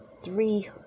three